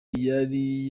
yari